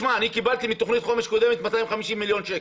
קיבל מתוכנית חומש קודמת 250 מיליון שקל.